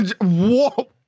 Whoa